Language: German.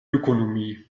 ökonomie